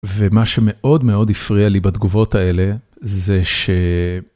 ומה שמאוד מאוד הפריע לי בתגובות האלה זה ש...